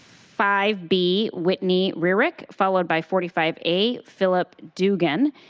five b, whitney rearick, followed by forty five a, philip dugan,